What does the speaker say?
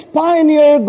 pioneer